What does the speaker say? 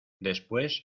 después